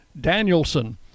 Danielson